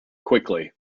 quickly